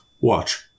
watch